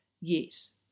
Yes